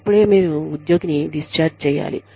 అప్పుడే మీరు ఉద్యోగిని డిశ్చార్జ్ చేయాలి